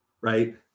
right